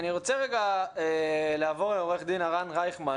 אני רוצה רגע לעבור לעו"ד הרן רייכמן